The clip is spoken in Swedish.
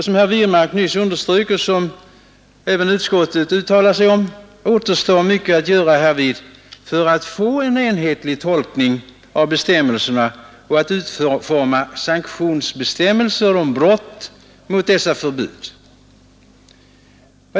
Som herr Wirmark nyss underströk och som även utskottet uttalar återstår mycket att göra härvidlag för att få en enhetlig tolkning av bestämmelserna och utforma sanktionsbestämmelser om brott mot dessa förbud.